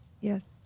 yes